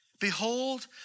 Behold